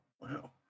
wow